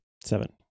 Seven